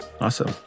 Awesome